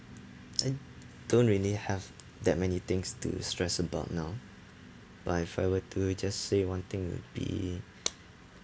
I don't really have that many things to stress about now but if I were to just say one thing it would be